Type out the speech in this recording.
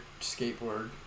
skateboard